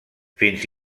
fins